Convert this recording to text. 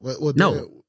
No